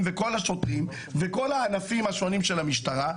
וכל השוטרים וכל הענפים השונים של המשטרה.